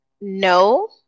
no